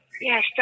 Yes